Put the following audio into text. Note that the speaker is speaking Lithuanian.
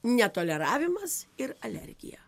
netoleravimas ir alergija